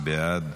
ההצעה